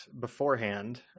beforehand